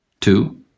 Two